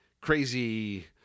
crazy